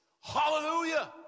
hallelujah